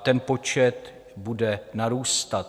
Ten počet bude narůstat.